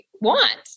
want